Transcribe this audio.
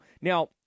Now